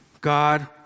God